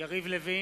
יריב לוין,